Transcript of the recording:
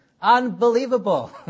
Unbelievable